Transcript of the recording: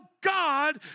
God